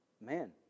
man